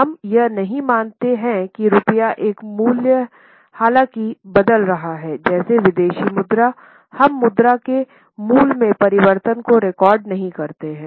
हम यह नहीं मानते हैं कि रुपये का मूल्य हालांकि बदल रहा है जैसे विदेशी मुद्रा हम मुद्रा के मूल्य में परिवर्तन को रिकॉर्ड नहीं करते हैं